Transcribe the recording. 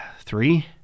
Three